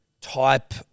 type